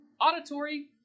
auditory